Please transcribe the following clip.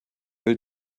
will